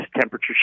temperature